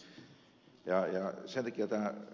sen takia tämä ed